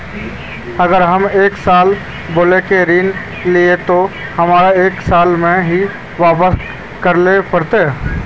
अगर हम एक साल बोल के ऋण लालिये ते हमरा एक साल में ही वापस करले पड़ते?